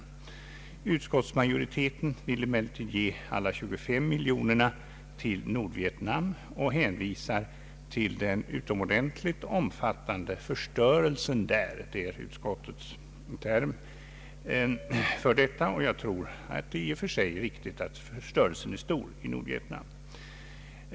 Utskottsmajoriteten vill ge alla 25 miljonerna till Nordvietnam och hänvisar till den utomordentligt omfattande förstörelsen där — det är utskottets term, och jag tror nog att det i och för sig är riktigt att förstörelsen är stor i Nordvietnam.